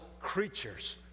creatures